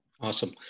Awesome